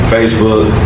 Facebook